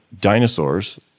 dinosaurs